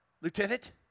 Lieutenant